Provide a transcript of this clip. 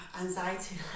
anxiety